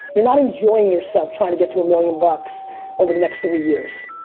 you're not enjoying yourself trying to get to a million bucks over the next three years.